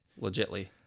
legitly